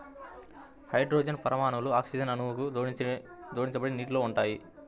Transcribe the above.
hydrogen పరమాణువులు oxygen అణువుకు జోడించబడి నీటిలో ఉంటాయి